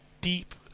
deep